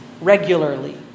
regularly